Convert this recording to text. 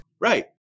Right